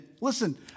Listen